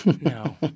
No